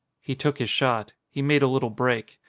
he took his shot. he made a little break.